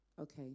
okay